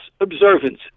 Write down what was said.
observance